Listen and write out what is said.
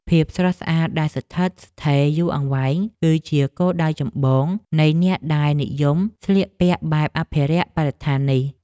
ភាពស្រស់ស្អាតដែលស្ថិតស្ថេរយូរអង្វែង គឺជាគោលដៅចម្បងនៃអ្នកដែលនិយមស្លៀកពាក់បែបអភិរក្សបរិស្ថាននេះ។